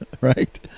right